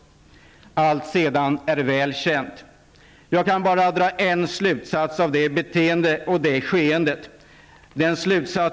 Allt som sedan hänt är väl känt. Jag kan bara dra en slutsats av skeendet och beteendet.